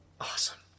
awesome